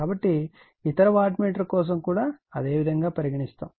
కాబట్టి ఇతర watt meter కోసం కూడా అదే విధంగా పరిగణిస్తాము